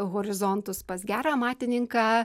horizontus pas gerą amatininką